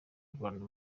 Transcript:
rwanda